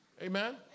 Amen